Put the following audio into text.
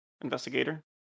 Investigator